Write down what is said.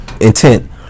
Intent